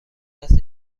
است